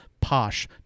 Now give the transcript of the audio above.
posh